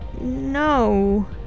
No